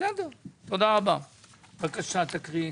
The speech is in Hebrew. בבקשה תקריאי.